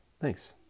thanks